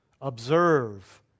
observe